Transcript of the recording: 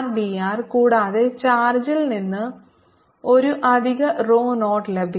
r d r കൂടാതെ ചാർജിൽ നിന്ന് ഒരു അധിക റോ 0 ലഭിക്കും